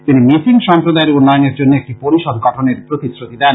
তিনি মিসিং সম্প্রদায়ের উন্নয়নের জন্য একটি পরিষদ গঠনের প্রতিশ্রাতি দেন